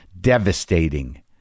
devastating